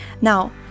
Now